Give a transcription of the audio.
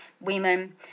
women